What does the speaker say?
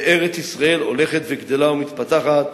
וארץ-ישראל הולכת וגדלה ומתפתחת,